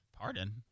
Pardon